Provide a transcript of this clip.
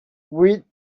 read